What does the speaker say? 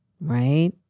right